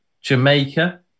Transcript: Jamaica